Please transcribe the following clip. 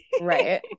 right